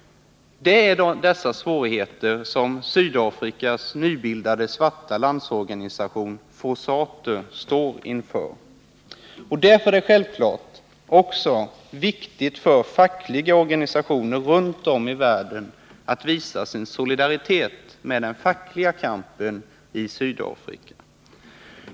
Det är dessa svårigheter som Sydafrikas nybildade svarta landsorganisation, FOSATU, står inför. Därför är det självfallet också viktigt för fackliga organisationer runt om i världen att visa sin solidaritet med den fackliga kampen i Sydafrika.